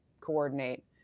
coordinate